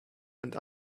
and